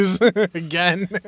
again